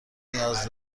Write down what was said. نیاز